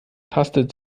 tastet